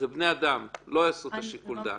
זה בני אדם, לא יעשו את שיקול הדעת.